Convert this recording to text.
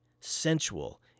sensual